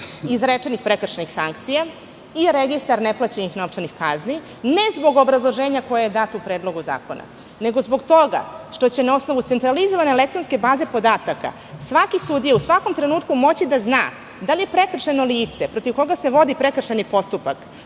izrečenih prekršajnih sankcija i registar neplaćenih novčanih kazni, ne zbog obrazloženja koje je dato u Predlogu zakona, nego zbog toga što će na osnovu centralizovane elektronske baze podataka svaki sudija u svakom trenutku moći da zna da li je prekršajno lice protiv koga se vodi prekršajni postupak